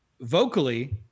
vocally